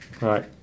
right